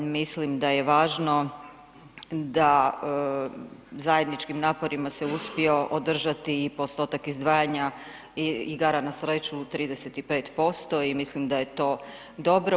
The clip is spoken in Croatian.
Mislim da je važno da zajedničkim naporima se uspio održati i postotak izdvajanja igara na sreću 35% i mislim da je to dobro.